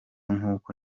nk’uko